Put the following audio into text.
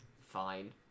fine